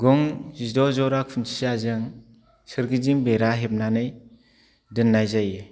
गं जिद' जरा खुन्थियाजों सोरगिदिं बेरा हेबनानै दोननाय जायो